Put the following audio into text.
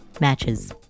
matches